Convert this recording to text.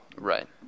Right